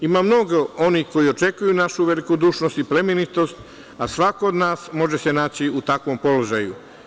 Ima mnogo onih koji očekuju našu velikodušnost i plemenitost, a svako od nas može se naći u takvom položaju.